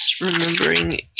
remembering